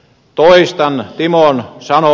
toistan timon sanomaa